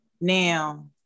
now